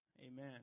Amen